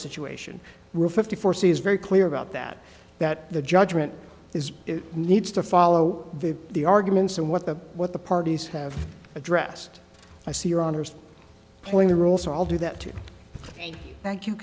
situation were fifty four c is very clear about that that the judgment is it needs to follow the arguments and what the what the parties have addressed i see your honour's playing the role so i'll do that to thank you